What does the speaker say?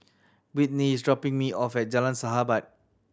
Britni is dropping me off at Jalan Sahabat